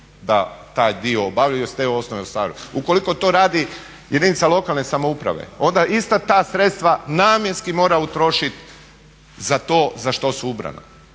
da taj dio obave i s te osnove …/Govornik se ne razumije./…. Ukoliko to radi jedinica lokalne samouprave onda ista ta sredstva namjenski mora utrošiti za to za što su ubrana.